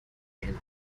and